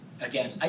again